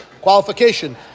Qualification